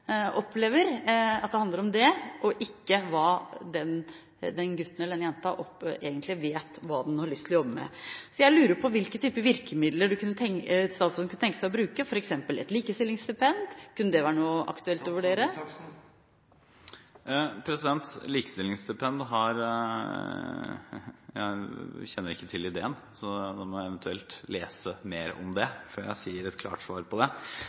den gutten eller jenta egentlig vet at de har lyst til å jobbe med. Jeg lurer på hvilke typer virkemidler statsråden kunne tenke seg å bruke. Kunne f.eks. et likestillingsstipend være aktuelt å vurdere? Når det gjelder likestillingsstipend, kjenner jeg ikke til ideen. Det må jeg eventuelt lese mer om før jeg gir et klart svar på. Dette er en vanskelig problemstilling, og i stor grad handler det